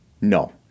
No